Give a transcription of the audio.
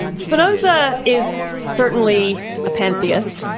spinoza is certainly a pantheist.